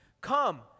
Come